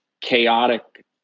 chaotic